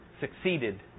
succeeded